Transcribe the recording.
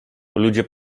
ludzie